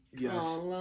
Yes